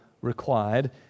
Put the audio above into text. required